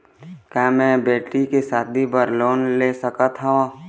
का मैं बेटी के शादी बर लोन ले सकत हावे?